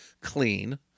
Clean